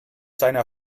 seiner